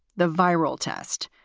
the viral test,